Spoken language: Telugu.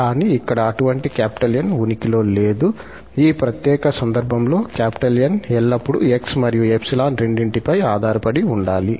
కానీ ఇక్కడ అటువంటి 𝑁 ఉనికిలో లేదు ఈ ప్రత్యేక సందర్భంలో 𝑁 ఎల్లప్పుడూ 𝑥 మరియు 𝜖 రెండింటిపై ఆధారపడి ఉండాలి